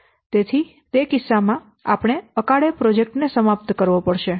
તેથી તે કિસ્સા માં આપણે અકાળે પ્રોજેક્ટ ને સમાપ્ત કરવો પડશે